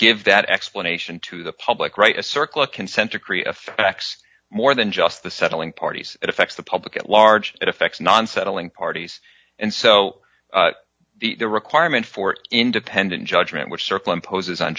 give that explanation to the public right a circle a consent decree a fax more than just the settling parties it affects the public at large it affects non settling parties and so the requirement for independent judgment which circle imposes on